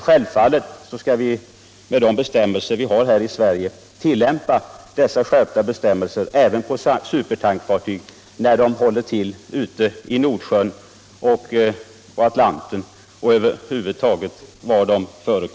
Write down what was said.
Självfallet skall vi tillämpa de skärpta bestämmelser vi har i Sverige även på supertankfartyg som håller till ut2 på Nordsjön, på Atlanten eller var det än må vara.